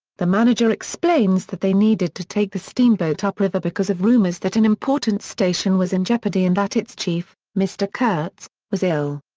the manager explains that they needed to take the steamboat up-river because of rumours that an important station was in jeopardy and that its chief, mr. kurtz, was ill.